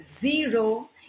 zero